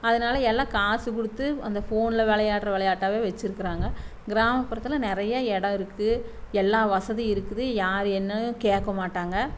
அதனால எல்லாம் காசு கொடுத்து அந்த ஃபோன்ல விளையாட்ற விளையாட்டாவே வச்சிருக்குறாங்க கிராமப்புறத்தில் நிறைய இடம் இருக்குது எல்லா வசதியும் இருக்குது யார் என்ன கேட்க மாட்டாங்க